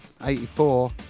84